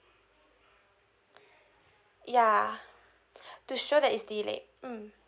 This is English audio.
yeah to show that it's delayed mm